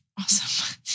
Awesome